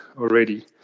already